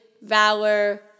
valor